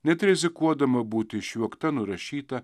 net rizikuodama būti išjuokta nurašyta